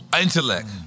Intellect